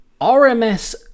rms